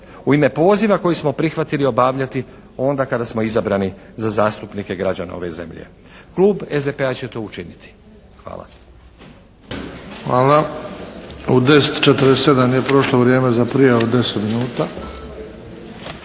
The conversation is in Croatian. U ime poziva koji smo prihvatili obavljati onda kada smo izabrani za zastupnike građana ove zemlje. Klub SDP-a će to učiniti. Hvala.